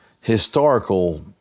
historical